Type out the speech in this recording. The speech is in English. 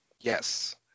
yes